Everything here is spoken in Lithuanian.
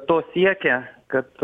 to siekia kad